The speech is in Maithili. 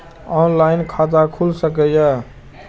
ऑनलाईन खाता खुल सके ये?